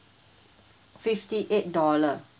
fifty eight dollar